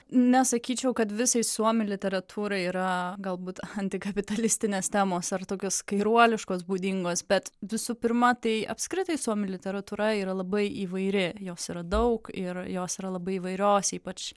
nesakyčiau kad visai suomių literatūrai yra galbūt antikapitalistinės temos ar tokios kairuoliškos būdingos bet visų pirma tai apskritai suomių literatūra yra labai įvairi jos yra daug ir jos yra labai įvairios ypač